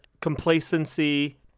complacency